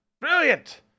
Brilliant